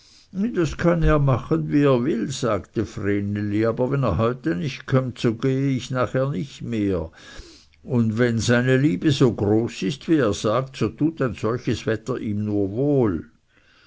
das kann er machen wie er will sagte vreneli aber wenn er heute nicht kömmt so gehe ich nachher nicht mehr und wenn seine liebe so groß ist wie er sagt so tut ein solches wetter ihm nur wohl